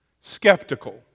skeptical